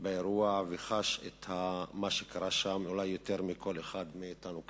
באירוע וחש את מה שקרה שם אולי יותר מכל אחד מאתנו כאן.